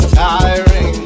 tiring